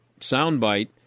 soundbite